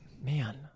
Man